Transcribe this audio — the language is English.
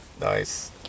Nice